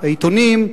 בעיתונים.